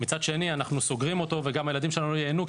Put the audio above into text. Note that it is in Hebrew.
מצד אחר אנחנו סוגרים אותו וגם הילדים שלנו לא ייהנו,